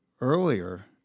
earlier